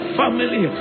family